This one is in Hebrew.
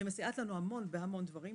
שמסייעת לנו המון בהמון דברים,